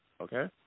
Okay